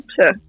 Sure